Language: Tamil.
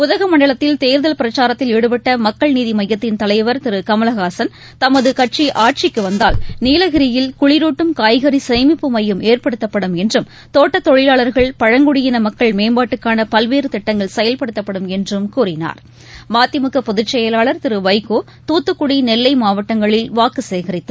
உதகமண்டலத்தில் தேர்தல் பிரச்சாரத்தில் ஈடுபட்டமக்கள் நீதிமையத்தின் தலைவர் திருகமலஹாசன் தமதுகட்சிஆட்சிக்குவந்தால் நீலகிரியில் குளிரூட்டும் காய்கறிசேமிப்பு மையம் ஏற்படுத்தப்படும் என்றும் தோட்டத் தொழிலாளர்கள் பழங்குடியினமக்கள் மேம்பாட்டுக்கானபல்வேறுதிட்டங்கள் செயல்படுத்தப்படும் என்றும் கூறினார் மதிமுகபொதுச் செயலாளர் திருவைகோதூத்துக்குடி நெல்லைமாவட்டங்களில் வாக்குசேகரித்தார்